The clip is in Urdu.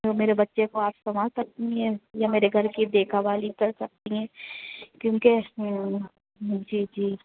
تو میرے بچے کو آپ سمھ سکتی ہیں یا میرے گھر کی دیکھا بھالی کر سکتی ہیں کیونکہ جی جی